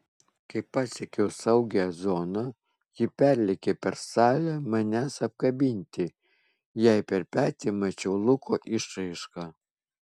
kai pasiekiau saugią zoną ji perlėkė per salę manęs apkabinti jai per petį mačiau luko išraišką